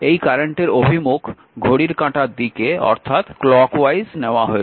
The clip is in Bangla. এই কারেন্টের অভিমুখ ঘড়ির কাঁটার দিকে নেওয়া হয়েছে